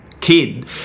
kid